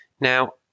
Now